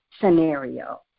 scenario